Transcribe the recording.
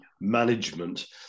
management